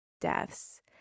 deaths